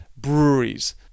breweries